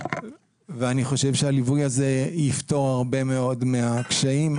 ואני חושב שהליווי הזה יפתור הרבה מאוד מהקשיים.